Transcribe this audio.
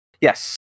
Yes